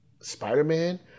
Spider-Man